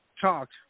talked